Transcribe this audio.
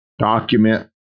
document